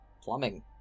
plumbing